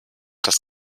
das